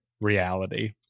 reality